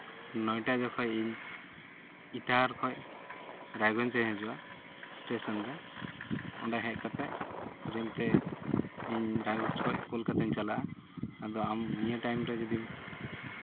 ᱱᱚᱭᱴᱟ ᱡᱚᱠᱷᱚᱱ ᱤᱧ ᱤᱴᱟᱦᱟᱨ ᱠᱷᱚᱱ ᱨᱟᱭᱜᱚᱸᱡᱽ ᱤᱧ ᱦᱤᱡᱩᱜᱼᱟ ᱥᱴᱮᱥᱚᱱ ᱨᱮ ᱚᱸᱰᱮ ᱦᱮᱡ ᱠᱟᱛᱮᱫ ᱨᱮᱹᱞ ᱛᱮ ᱤᱧ ᱨᱟᱭᱜᱚᱸᱡᱽ ᱠᱷᱚᱱ ᱠᱳᱞᱠᱟᱛᱟᱧ ᱪᱟᱞᱟᱜᱼᱟ ᱟᱫᱚ ᱟᱢ ᱱᱤᱭᱟᱹ ᱴᱟᱭᱤᱢ ᱨᱮ ᱡᱩᱫᱤ